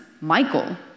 Michael